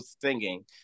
singing